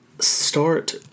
start